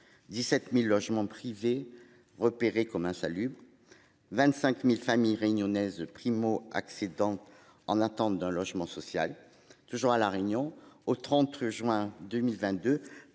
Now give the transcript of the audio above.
17.000 logements privés repéré comme insalubre. 25.000 familles réunionnaises primo-accédants, en attente d'un logement social. Toujours à la Réunion, au 30 juin 2022,